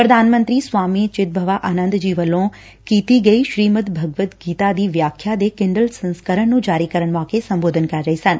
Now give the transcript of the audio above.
ਪ੍ਰਧਾਨ ਮੰਤਰੀ ਸਵਾਮੀ ਚਿਦਭਵਾ ਆਨੰਦ ਜੀ ਵੱਲੋਂ ਕੀਤੀ ਗਈ ਸ੍ਰੀਮਦ ਭਗਵਦ ਗੀਤਾ ਦੀ ਵਿਆਖਿਆ ਦੇ ਕਿਡੰਲ ਸੰਸਕਰਨ ਨੰ ਜਾਰੀ ਕਰਨ ਮੋਕੇ ਸੰਬੋਧਨ ਕਰ ਰਹੇ ਸਨ